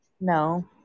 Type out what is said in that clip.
No